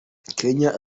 kenya